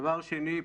דבר שני,